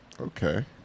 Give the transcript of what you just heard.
Okay